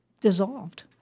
dissolved